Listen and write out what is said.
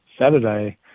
Saturday